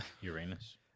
uranus